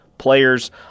Players